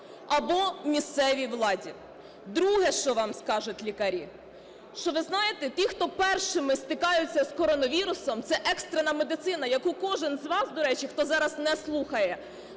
або місцевій владі". Друге, що вам скажуть лікарі, що ви, знаєте, ті, хто першими стикаються з коронавірусом, це екстрена медицина, яку кожен з вас, до речі, хто зараз не слухає,